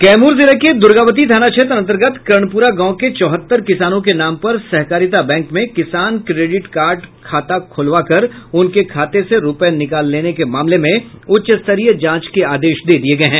कैमूर जिले के दुर्गावती थाना क्षेत्र अंतर्गत कर्णपुरा गांव के चौहत्तर किसानों के नाम पर सहकारिता बैंक में किसान क्रेडिट कार्ड खाता खुलवा कर उनके खाते से रुपये निकाल लेने के मामले में उच्चस्तरीय जांच का आदेश दे दिया गया है